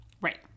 Right